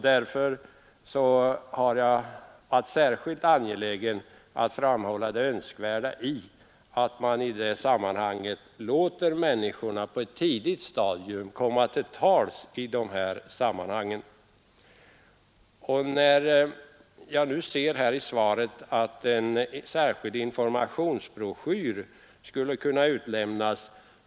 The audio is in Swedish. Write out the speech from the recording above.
Därför har jag varit särskilt angelägen att framhålla det önskvärda i att man i det sammanhanget låter människorna komma till tals på ett tidigt stadium. Herr statsrådet nämnde i svaret att en särskild informationsbroschyr skulle kunna utlämnas.